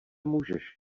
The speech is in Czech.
můžeš